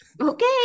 okay